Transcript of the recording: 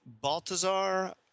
Baltazar